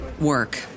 work